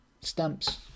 stamps